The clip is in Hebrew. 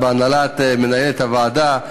למנהלת הוועדה,